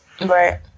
Right